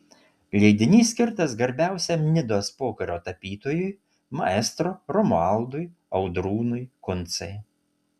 leidinys skirtas garbiausiam nidos pokario tapytojui maestro romualdui audrūnui kuncai